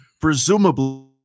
presumably